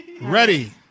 Ready